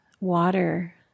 water